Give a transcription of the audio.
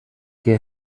que